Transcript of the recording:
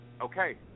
Okay